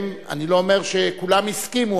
אני לא אומר שכולם הסכימו,